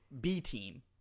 B-team